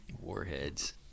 warheads